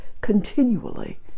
continually